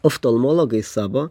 oftalmologai savo